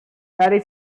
very